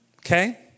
okay